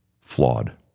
flawed